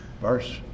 Verse